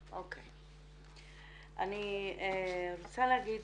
אני רוצה להגיד,